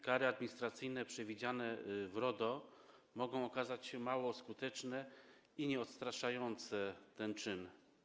Kary administracyjne przewidziane w RODO mogą okazać się mało skuteczne i nieodstraszające, jeśli chodzi o ten czyn.